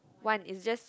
one is just